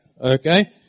okay